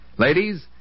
Ladies